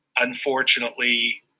unfortunately